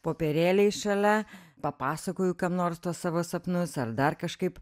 popierėliais šalia papasakoju kam nors tuos savo sapnus ar dar kažkaip